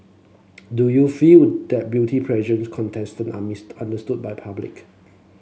do you feel that beauty contestant are missed understood by public